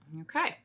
Okay